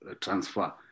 Transfer